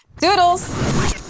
Doodles